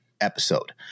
episode